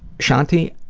shanti,